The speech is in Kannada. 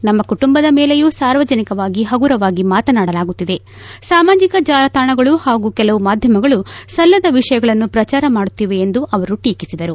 ನಮ್ನ ಕುಟುಂಬದ ಮೇಲೆಯೂ ಸಾರ್ವಜನಿಕವಾಗಿ ಹಗುರವಾಗಿ ಮಾತನಾಡಲಾಗುತ್ತಿದೆ ಸಾಮಾಜಿಕ ಜಾಲತಾಣಗಳು ಹಾಗೂ ಕೆಲವು ಮಾಧ್ಯಮಗಳು ಸಲ್ಲದ ವಿಷಯಗಳನ್ನು ಪ್ರಚಾರ ಮಾಡುತ್ತಿವೆ ಎಂದು ಅವರು ಟೀಕಿಸಿದರು